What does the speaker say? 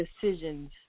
decisions